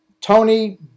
Tony